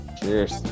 cheers